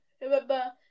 Remember